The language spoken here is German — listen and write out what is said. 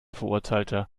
verurteilter